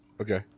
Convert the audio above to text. Okay